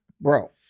Bro